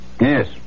Yes